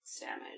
damage